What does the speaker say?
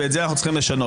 ואת זה אנחנו צריכים לשנות.